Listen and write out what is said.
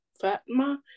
Fatma